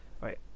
right